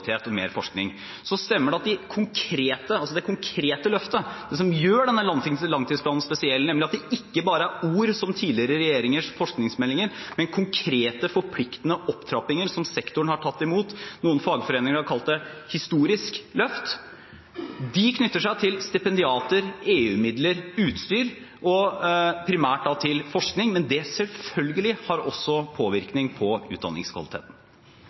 at det konkrete løftet – det som gjør denne langtidsplanen spesiell, nemlig at det ikke bare er ord, som tidligere regjeringers forskningsmeldinger, men konkrete, forpliktende opptrappinger som sektoren har tatt imot, noen fagforeninger har kalt det historisk løft – knytter seg til stipendiater, EU-midler, utstyr og primært til forskning, men det har selvfølgelig også påvirkning på utdanningskvaliteten.